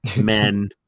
men